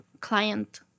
client